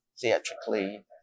theatrically